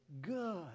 good